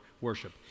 worship